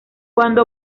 cuando